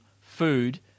food